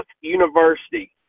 University